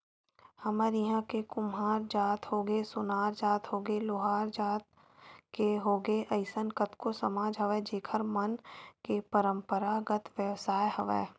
हमर इहाँ के कुम्हार जात होगे, सोनार जात होगे, लोहार जात के होगे अइसन कतको समाज हवय जेखर मन के पंरापरागत बेवसाय हवय